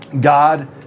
God